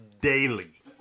daily